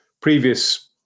previous